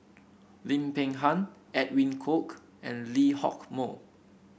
Lim Peng Han Edwin Koek and Lee Hock Moh